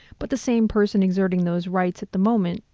but the same person exerting those rights at the moment,